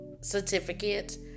certificate